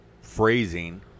phrasing